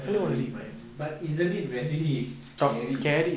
want to read mind but isn't it very scary